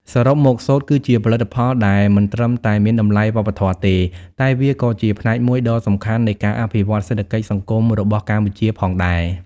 សរុបមក សូត្រគឺជាផលិតផលដែលមិនត្រឹមតែមានតម្លៃវប្បធម៌ទេ តែវាក៏ជាផ្នែកមួយដ៏សំខាន់នៃការអភិវឌ្ឍសេដ្ឋកិច្ចសង្គមរបស់កម្ពុជាផងដែរ។